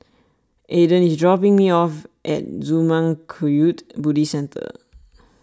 Aaden is dropping me off at Zurmang Kagyud Buddhist Centre